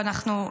ואנחנו,